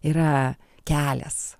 yra kelias